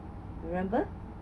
remember